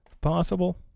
possible